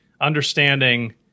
understanding